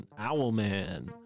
Owlman